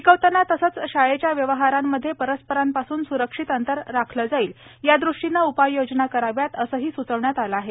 शिकवताना तसंच शाळेच्या व्यवहारांमधे परस्परांपासून स्रक्षित अंतर राखलं जाईल या दृष्टीनं उपाययोजना कराव्यात असं यात सुचवलं आहे